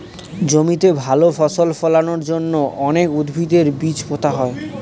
জমিতে ভালো ফসল ফলানোর জন্য অনেক উদ্ভিদের বীজ পোতা হয়